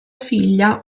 figlia